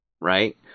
Right